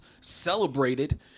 celebrated